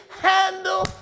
handle